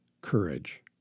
courage